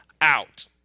out